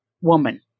woman